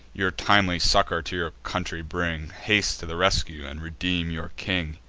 your timely succor to your country bring, haste to the rescue, and redeem your king.